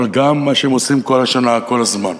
אבל גם על מה שהם עושים כל השנה, כל הזמן.